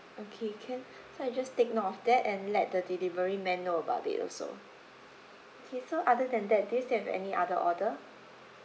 okay can so I just take note of that and let the delivery man know about it also okay so other than that do you still have any other order